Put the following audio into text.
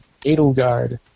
Edelgard